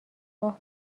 راه